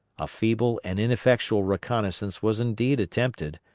a feeble and ineffectual reconnoissance was indeed attempted,